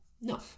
No